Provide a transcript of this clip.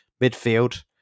Midfield